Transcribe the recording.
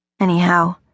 Anyhow